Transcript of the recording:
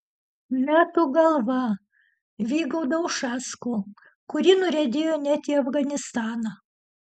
metų galva vygaudo ušacko kuri nuriedėjo net į afganistaną